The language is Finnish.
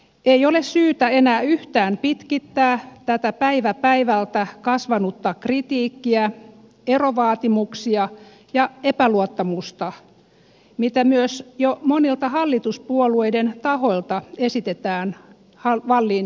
ei ole syytä enää yhtään pitkittää tätä päivä päivältä kasvanutta kritiikkiä erovaatimuksia ja epäluottamusta mitä myös jo monilta hallituspuolueiden tahoilta esitetään wallinia kohtaan